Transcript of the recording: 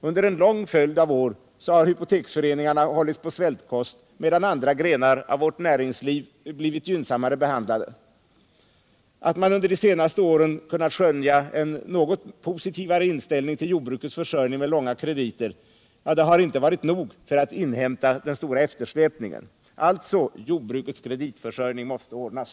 Under en lång följd av år har hypoteksföreningarna hållits på svältkost medan andra grenar av vårt näringsliv blivit gynnsammare behandlade. Att man under de senaste åren kunnat skönja en något positivare inställning till jordbrukets försörjning med långa krediter har inte varit nog för att inhämta den stora eftersläpningen. Alltså: Jordbrukets kreditförsörjning måste ordnas!